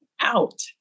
out